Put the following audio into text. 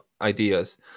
ideas